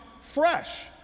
fresh